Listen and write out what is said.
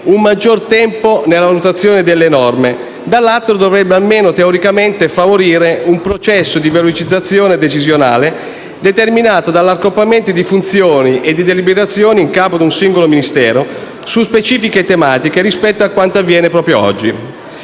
un maggior tempo nella valutazione delle norme; dall'altro lato, dovrebbe, almeno teoricamente, favorire un processo di velocizzazione decisionale determinato dall'accorpamento di funzioni e deliberazioni in capo a un singolo Ministero su specifiche tematiche rispetto a quanto avviene proprio oggi.